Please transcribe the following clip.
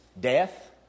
Death